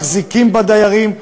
מחזיקים בדיירים,